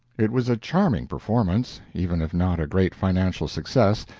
it was a charming performance, even if not a great financial success,